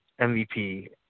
MVP